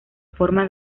forma